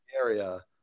Area